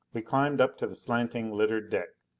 we climbed up to the slanting, littered deck.